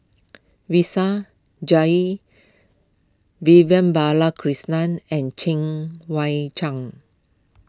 Jalil Vivian Balakrishnan and Cheng Wai